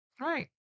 Right